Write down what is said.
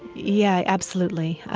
yeah, absolutely.